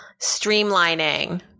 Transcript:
streamlining